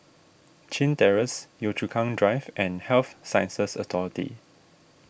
Chin Terrace Yio Chu Kang Drive and Health Sciences Authority